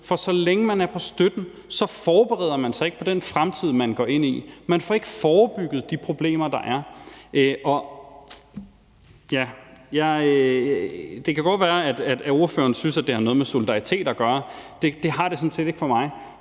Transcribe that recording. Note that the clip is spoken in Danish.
for så længe man er på støtten, forbereder man sig ikke på den fremtid, man går ind i, man får ikke forebygget de problemer, der er. Det kan godt være, at ordføreren synes, det har noget med solidaritet at gøre, det har det sådan set ikke for mig.